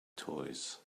toys